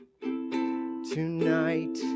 tonight